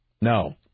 No